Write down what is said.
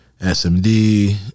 SMD